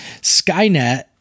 Skynet